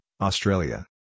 Australia